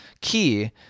key